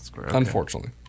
unfortunately